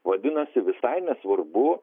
vadinasi visai nesvarbu